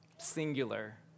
Singular